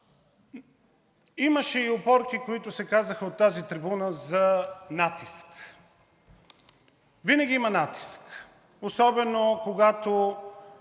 Имаше и опорки, които се казаха от тази трибуна, за натиск. Винаги има натиск. Особено когато